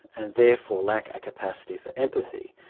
and therefore lack a capacity for empathy,